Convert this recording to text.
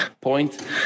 point